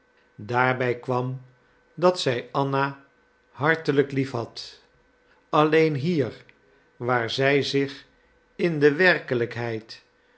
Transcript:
daarbij kwam dat zij anna hartelijk liefhad alleen hier waar zij zich in de werkelijkheid